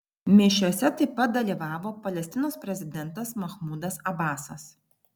mišiose taip pat dalyvavo palestinos prezidentas mahmudas abasas